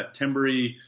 timbery